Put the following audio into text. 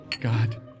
God